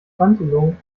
quantelung